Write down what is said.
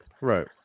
Right